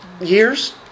years